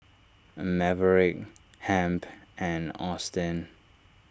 Maverick Hamp and Austin